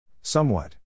Somewhat